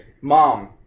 Mom